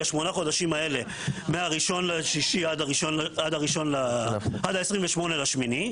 בשמונת החודשים האלה מ-1.6 עד 28.8,